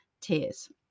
tears